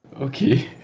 Okay